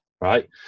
right